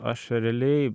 aš realiai